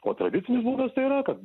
o tradicinis būdas tai yra kad